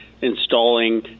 Installing